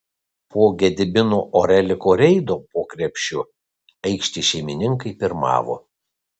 po gedimino oreliko reido po krepšiu aikštės šeimininkai pirmavo